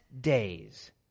days